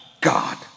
God